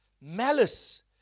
malice